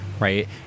right